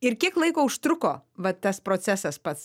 ir kiek laiko užtruko vat tas procesas pats